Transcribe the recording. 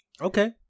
Okay